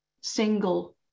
single